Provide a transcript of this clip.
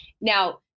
now